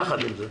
יחד עם זה,